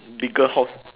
bigger house